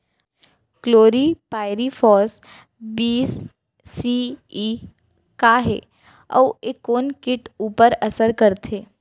Chlorpyrifos बीस C E का हे अऊ ए कोन किट ऊपर असर करथे?